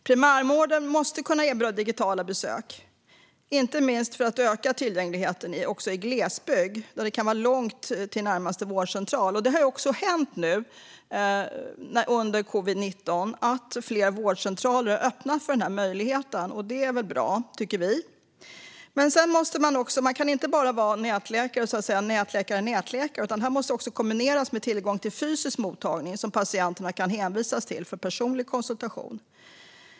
Primärvården måste kunna erbjuda digitala besök, inte minst för att öka tillgängligheten också i glesbygd, där det kan vara långt till närmaste vårdcentral. Under covid-19 har också flera vårdcentraler öppnat för den här möjligheten, och det är bra, tycker vi. Men man kan inte bara ha "nätläkare-nätläkare", utan det måste vara i kombination med tillgång till fysisk mottagning som patienterna kan hänvisas till för personlig konsultation.